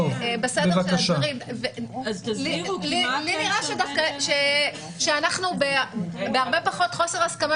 לי נראה שאנחנו בהרבה פחות חוסר הסכמה